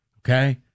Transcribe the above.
okay